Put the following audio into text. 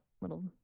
little